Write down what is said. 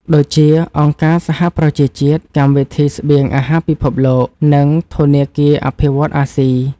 ដូចជា អង្គការសហប្រជាជាតិ កម្មវិធីស្បៀងអាហារពិភពលោក និងធនាគារអភិវឌ្ឍន៍អាស៊ី។